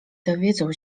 dowiedzą